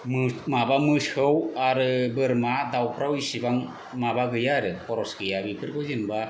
मो माबा मोसौ आरो बोरमा दावफ्राव इसिबां माबा गैया आरो खरस गैया बेफोरखौ जेन'बा